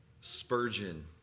Spurgeon